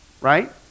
right